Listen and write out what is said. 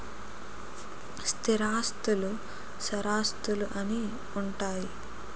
స్థిరాస్తులు చరాస్తులు అని ఉంటాయి